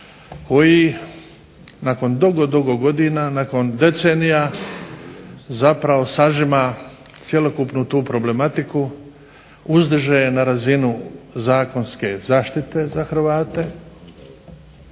koji nakon dugo, dugo godina nakon decenija zapravo sažima cjelokupnu tu problematiku, uzdiže je na razinu zakonske zaštite za Hrvate